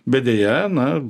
bet deja na